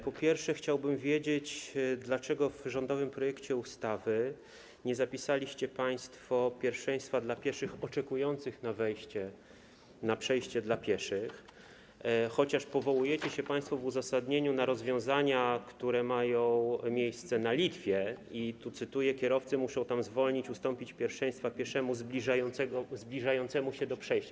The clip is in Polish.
Po pierwsze, chciałbym wiedzieć, dlaczego w rządowym projekcie ustawy nie zapisaliście państwo pierwszeństwa dla pieszych oczekujących na wejście na przejście dla pieszych, chociaż powołujecie się państwo w uzasadnieniu na rozwiązania, które mają miejsce na Litwie, i tu cytuję: kierowcy muszą tam zwolnić, ustąpić pierwszeństwa pieszemu zbliżającemu się do przejścia.